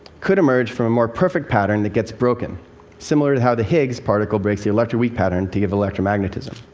could emerge from a more perfect pattern that gets broken similar to how the higgs particle breaks the electroweak pattern to give electromagnetism.